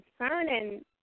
concerning